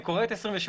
אני קורא את 28